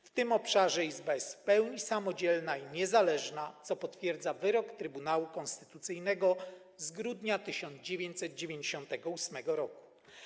W tym obszarze izba jest w pełni samodzielna i niezależna, co potwierdza wyrok Trybunału Konstytucyjnego z grudnia 1998 r.